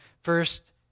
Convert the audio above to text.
first